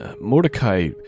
Mordecai